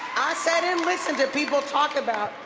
sat and listened to people talk about,